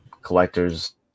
collectors